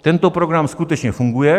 Tento program skutečně funguje.